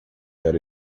era